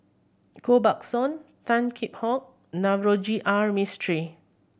Koh Buck Song Tan Kheam Hock Navroji R Mistri